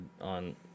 on